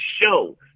show